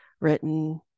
written